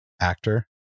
actor